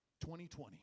2020